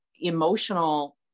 emotional